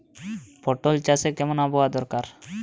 পটল চাষে কেমন আবহাওয়া দরকার?